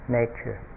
nature